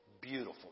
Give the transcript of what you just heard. Beautiful